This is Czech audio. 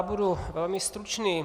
Budu velmi stručný.